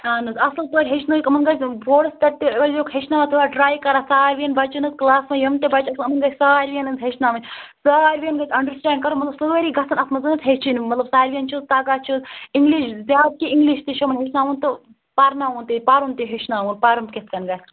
اہن حظ اَصٕل پٲٹھۍ ہیٚچھنٲیُکھ یِمَن گژھِ بوٚڑ تَتہِ تہِ ٲسۍ زِہوکھ ہیٚچھناوان تھوڑا ٹرٛاے کَران ساروِیَن بَچَن حظ کٕلاسَس منٛز یِم تہِ بَچہِ آسَن یِمَن گژھِ ساروِیَن حظ ہیٚچھناوٕنۍ ساروِیَن گژھِ اَنڈَرسٕٹینٛڈ کَرُن مطلب سٲری گژھن اَتھ منٛز حظ ہیٚچھِنۍ مطلب ساروِیَن چھُ تَگان چھِ اِنٛگلِش زیادٕ کہِ اِنٛگلِش تہِ چھُ یِمَن ہیٚچھناوُن تہٕ پَرناوُن تہِ پَرُن تہِ ہیٚچھناوُن پَرُن کِتھ کٔنۍ گژھِ